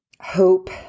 hope